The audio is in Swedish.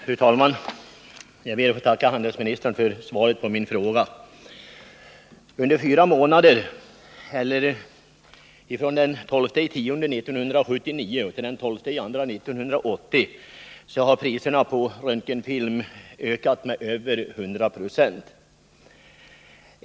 Fru talman! Jag ber att få tacka handelsministern för svaret på min fråga. Under fyra månader — från den 12 oktober 1979 till den 12 februari 1980 — har priserna på röntgenfilm ökat med över 100 96.